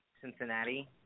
Cincinnati